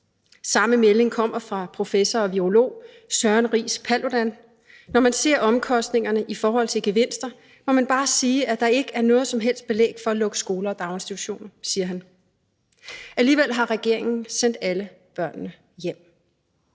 Samme melding kommer fra professor og virolog Søren Riis Paludan. Når man ser omkostningerne i forhold til gevinsterne, må man bare sige, at der ikke er noget som helst belæg for at lukke skoler og daginstitutioner, siger han. Alligevel har regeringen sendt alle børnene hjem.